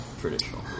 traditional